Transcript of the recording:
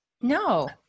No